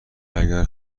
اگر